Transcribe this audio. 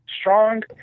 strong